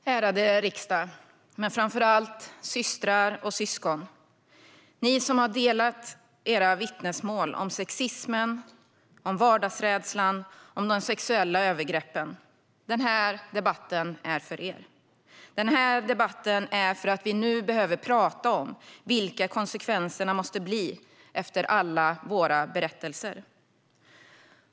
Aktuell debatt Ärade riksdag och framför allt systrar och syskon! Ni som har delat era vittnesmål om sexismen, om vardagsrädslan och om de sexuella övergreppen - den här debatten är för er. Den här debatten har vi för att vi nu behöver prata om vilka konsekvenserna måste bli efter alla våra berättelser.